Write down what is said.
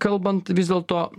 kalbant vis dėlto